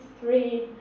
three